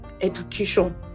education